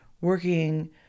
working